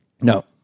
No